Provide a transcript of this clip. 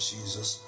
Jesus